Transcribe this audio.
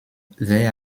they